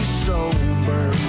sober